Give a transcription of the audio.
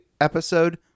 episode